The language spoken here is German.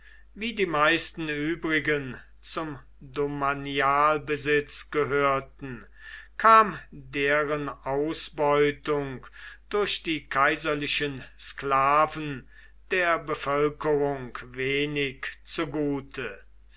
wie die meisten übrigen zum domanialbesitz gehörten kam deren ausbeutung durch die kaiserlichen sklaven der bevölkerung wenig zugute